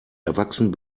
erwachsen